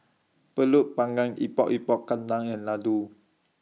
Pulut Panggang Epok Epok Kentang and Laddu